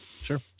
Sure